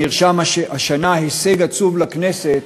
נרשם השנה הישג עצוב לכנסת,